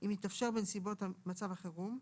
אם מתאפשר בנסיבות מצב החירום,